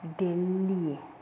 Delhi